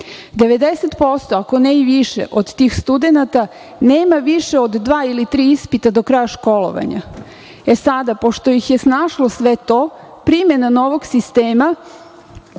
posto, ako ne i više, od tih studenata nema više od dva ili tri ispita do kraja školovanja. E, sada, pošto ih je snašlo sve to, primena novog sistema,